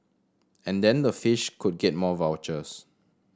and then the fish could get more vouchers